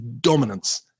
dominance